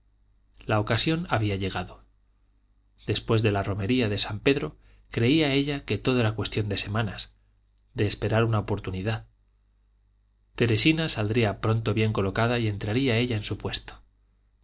la ocasión había llegado después de la romería de san pedro creía ella que todo era cuestión de semanas de esperar una oportunidad teresina saldría pronto bien colocada y entraría ella en su puesto